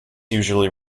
usually